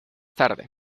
tarde